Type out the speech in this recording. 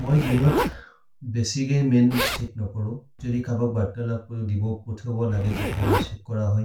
मए दिनोद् बसिच् ए मैन् सेक् न करो, छोदि खबक् बत लफ् परो दीबो पोथेबो लगे तेतिय मै सेक् कर होइ।